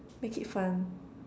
make it fun